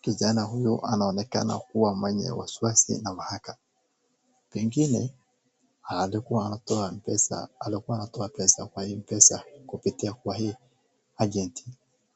Kijana huyu anaonekana kuwa mwenye wasiwasi na wahaka. Pengine alikuwa anatoa mpesa, alikuwa anatoa pesa kwa mpesa kupitia kwa hii agent